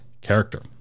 character